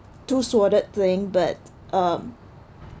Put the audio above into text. two sworded thing but um